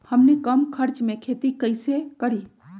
हमनी कम खर्च मे खेती कई से करी?